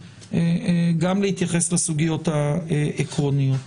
גם להתייחס לסוגיות העקרוניות.